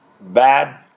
bad